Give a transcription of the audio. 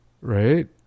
Right